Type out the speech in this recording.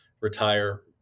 retire